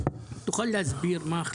(מנגנון לעדכון מחירים מזעריים של ליטר חלב) (הוראת שעה)